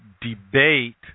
debate